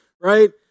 right